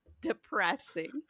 depressing